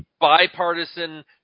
bipartisan